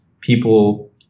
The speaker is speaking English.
people